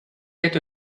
get